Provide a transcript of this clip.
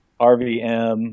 rvm